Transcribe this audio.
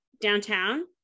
downtown